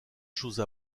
chose